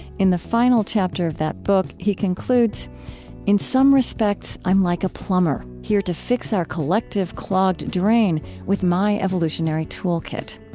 in the final chapter of that book he concludes in some respects, i'm like a plumber, here to fix our collective clogged drain with my evolutionary tool kit.